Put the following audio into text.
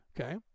okay